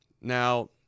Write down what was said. Now